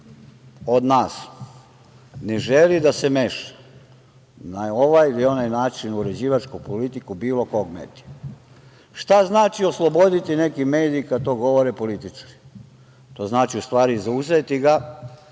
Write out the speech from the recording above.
od nas ne želi da se meša na ovaj ili onaj način u uređivačku politiku bilo kog medija. Šta znači osloboditi neki medij, kad to govore političari? To znači, u stvari, zauzeti ga,